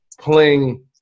playing